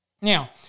Now